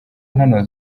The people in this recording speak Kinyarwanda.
hano